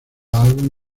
álbum